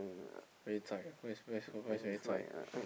very zai what's what's what's very zai